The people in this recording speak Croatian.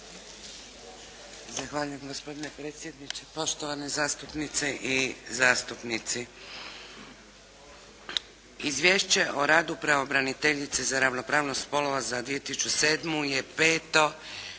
Zahvaljujem. Gospodine predsjedniče, poštovane zastupnice i zastupnici. Izvješće o radu pravobraniteljice za ravnopravnost spolova za 2007. je peto